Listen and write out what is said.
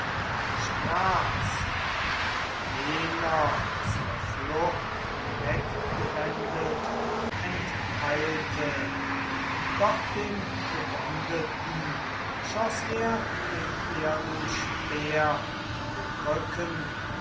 sprach's und jener zur flucht hinweggewendet enteilte doch dem gewendeten schoß er den ehernen speer in den rücken